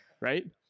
right